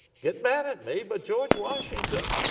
get mad at me but george washington,